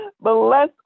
Bless